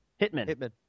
Hitman